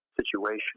situation